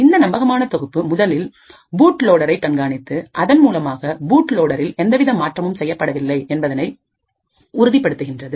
இந்த நம்பகமான தொகுப்பு முதலில்பூட்லோடேரை கண்காணித்து அதன் மூலமாக பூட்லோடரில் எந்தவித மாற்றமும் செய்யப்படவில்லை என்பதை உறுதிப்படுத்துகின்றது